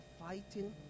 fighting